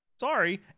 Sorry